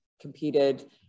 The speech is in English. competed